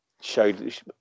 showed